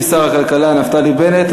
ישיב שר הכלכלה נפתלי בנט.